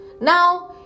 now